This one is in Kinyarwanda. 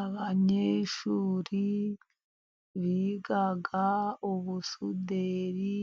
Abanyeshuri biga ubusuderi